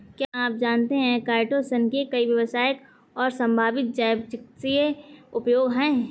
क्या आप जानते है काइटोसन के कई व्यावसायिक और संभावित जैव चिकित्सीय उपयोग हैं?